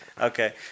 Okay